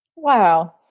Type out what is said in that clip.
Wow